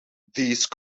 these